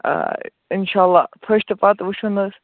آ اِنشاء اللہ فٔسٹہٕ پَتہٕ وُچھو نہَ حظ